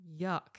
yuck